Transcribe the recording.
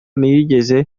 ntiyigeze